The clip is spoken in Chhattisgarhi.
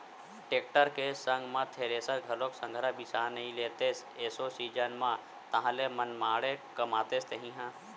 टेक्टर के संग थेरेसर घलोक संघरा बिसा नइ लेतेस एसो सीजन म ताहले मनमाड़े कमातेस तही ह